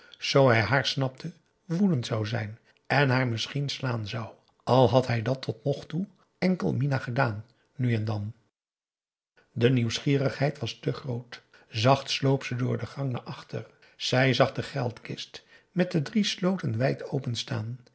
hij haar snapte woedend zou zijn en haar misschien slaan zou al had hij dat tot nog toe enkel minah gedaan nu en dan de nieuwsgierigheid was te groot zacht sloop ze door de gang naar achter zij zag de geldkist met de drie sloten wijd open staan